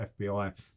FBI